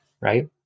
right